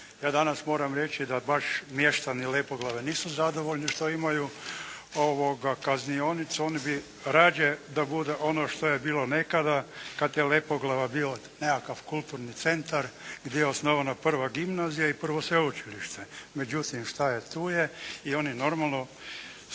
Ja danas moram reći da baš mještani Lepoglave nisu zadovoljni što imaju kaznionicu. Oni bi rađe da bude ono što je bilo nekada kad je Lepoglava bila nekakav kulturni centar gdje je osnovana prva gimnazija i prvo sveučilište. Međutim, šta je tu je i oni normalno